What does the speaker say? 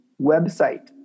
website